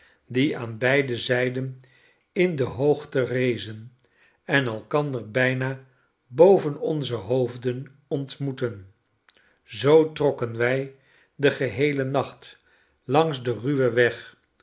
die aan beide zijden in de hoogte rezen en elkander bijna boven onze hoofden ontmoetten zoo trokken wij den geheelen nacht langs den ruwen weg